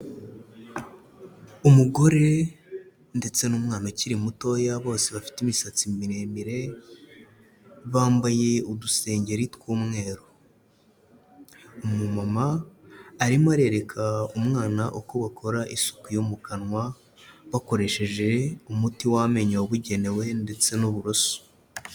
Umugore ndetse n'umwana ukiri mutoya bose bafite imisatsi miremire, bambaye udusengeri tw'umweru. Umumama arimo arereka umwana uko bakora isuku yo mu kanwa, bakoresheje umuti w'amenyo wabugenewe ndetse n'uburoso.